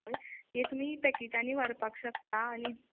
पळय ते तुमी पॅकेटांनी व्हरपाक शकता आनी